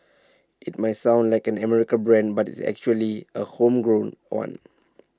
IT might sound like an American brand but it's actually A homegrown one